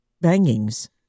bangings